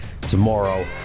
tomorrow